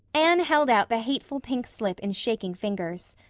anne held out the hateful pink slip in shaking fingers.